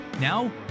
Now